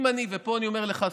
ופה אני אומר לך,